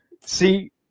See